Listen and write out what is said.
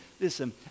listen